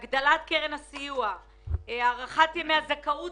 צריך להגדיל את קרן הסיוע ולהאריך את ימי הזכאות